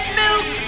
milk